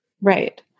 Right